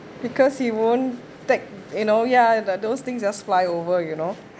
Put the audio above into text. because he won't take you know ya those things just fly over you know